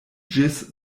ĝis